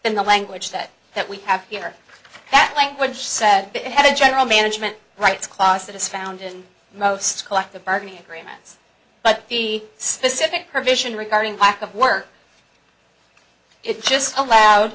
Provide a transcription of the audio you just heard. than the language that that we have here that language said it had a general management rights class that is found in most collective bargaining agreements but the specific provision regarding lack of work it just allowed